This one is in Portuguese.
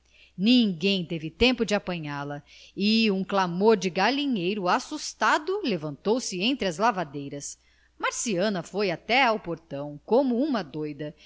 ninguém teve tempo de apanhá-la e um clamor de galinheiro assustado levantou-se entre as lavadeiras marciana foi até o portão como uma doida